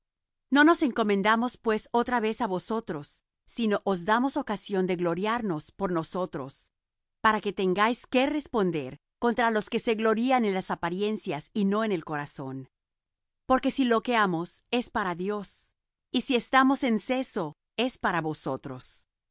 no nos encomendamos pues otra vez á vosotros sino os damos ocasión de gloriaros por nosotros para que tengáis qué responder contra los que se glorían en las apariencias y no en el corazón porque si loqueamos es para dios y si estamos en seso es para vosotros